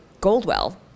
Goldwell